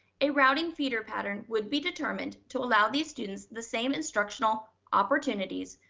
a routing feeder pattern would be determined to allow these students the same instructional opportunities,